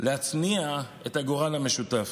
להצניע את הגורל המשותף,